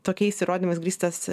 tokiais įrodymais grįstas